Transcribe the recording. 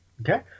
Okay